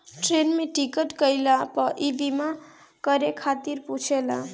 train में ticket कईला पअ इ बीमा करे खातिर पुछेला